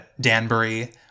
Danbury